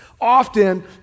often